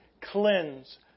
cleanse